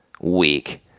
week